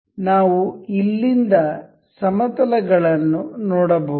ನಾವು ಇಲ್ಲಿಂದ ಸಮತಲ ಗಳನ್ನು ನೋಡಬಹುದು